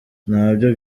nabyo